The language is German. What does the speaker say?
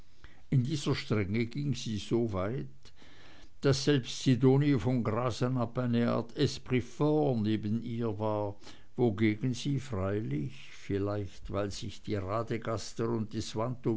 in dieser strenge ging sie so weit daß selbst sidonie von grasenabb eine art esprit fort neben ihr war wogegen sie freilich vielleicht weil sich die radegaster